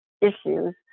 issues